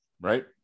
right